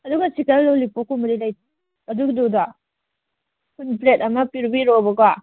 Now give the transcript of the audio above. ꯑꯗꯨꯒ chicken lollipop ꯀꯨꯝꯕꯗꯤ ꯑꯗꯨꯗꯨꯗꯣ ꯄ꯭ꯂꯦꯠ ꯑꯃ ꯄꯤꯕꯤꯔꯛꯑꯣꯕ ꯀꯣ